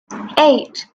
eight